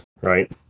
right